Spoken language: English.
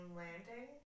landing